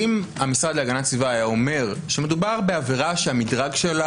אם המשרד להגנת הסביבה היה אומר שמדובר בעבירה שהמדרג שלה